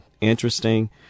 interesting